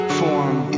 form